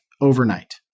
overnight